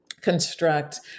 Construct